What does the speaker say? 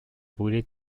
brûler